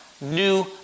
new